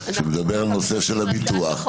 שמדבר על הנושא של הביטוח.